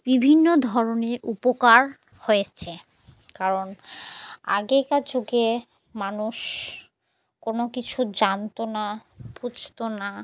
বিভিন্ন ধরনের উপকার হয়েছে কারণ আগেকার যুগে মানুষ কোনো কিছু জানতো না বুঝতো না